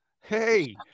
Hey